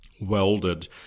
welded